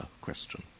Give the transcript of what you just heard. question